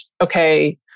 okay